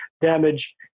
damage